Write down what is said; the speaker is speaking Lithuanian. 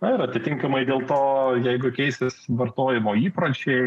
ir atitinkamai dėl to jeigu keisis vartojimo įpročiai